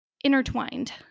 intertwined